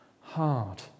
hard